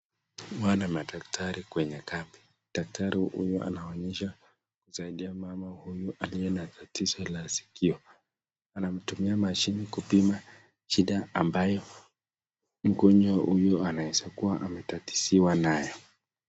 Hawa ni madktari kwenye kambi. Daktari huyu anaonyesha kumsaidia mama huyu aliye na tatizo la sikio. Anatumia mashini kupima shida ambayo mgonjwa huyu anaeza kuwa anatatiziwa nayo.